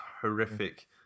horrific